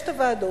יש הוועדות.